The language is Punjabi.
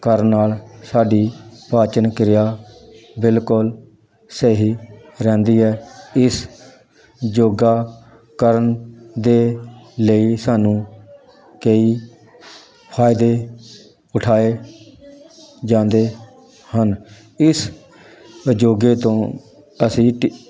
ਕਰਨ ਨਾਲ ਸਾਡੀ ਪਾਚਨ ਕਿਰਿਆ ਬਿਲਕੁਲ ਸਹੀ ਰਹਿੰਦੀ ਹੈ ਇਸ ਯੋਗਾ ਕਰਨ ਦੇ ਲਈ ਸਾਨੂੰ ਕਈ ਫਾਇਦੇ ਉਠਾਏ ਜਾਂਦੇ ਹਨ ਇਸ ਯੋਗਾ ਤੋਂ ਅਸੀਂ